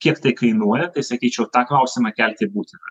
kiek tai kainuoja tai sakyčiau tą klausimą kelti būtina